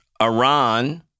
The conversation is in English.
Iran